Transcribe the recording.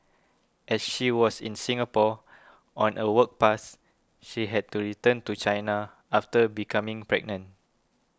as she was in Singapore on a work pass she had to return to China after becoming pregnant